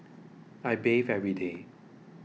I bathe every day